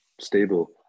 stable